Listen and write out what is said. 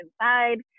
inside